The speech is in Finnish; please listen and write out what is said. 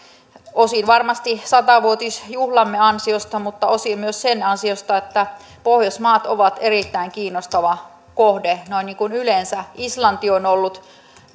osin varmasti satavuotisjuhlamme ansiosta mutta osin myös sen ansiosta että pohjoismaat ovat erittäin kiinnostava kohde noin niin kuin yleensä islanti on ollut